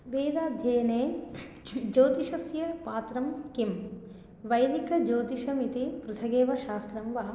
वेदाध्ययने ज्योतिषस्य पात्रं किं वैदिकज्योतिषमिति पृथगेव शास्त्रं वह